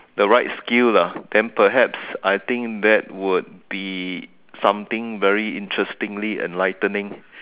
the right skill ah then perhaps I think that will be something very interestingly enlightening